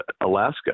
Alaska